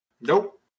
Nope